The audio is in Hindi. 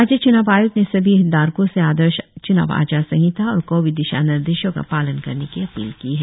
राज्य चुनाव आयोग ने सभी हितधारको से आदर्श च्नाव आचार संहिता और कोविड दिशानिर्देशों का पालन करने की अपील की है